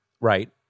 right